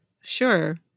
Sure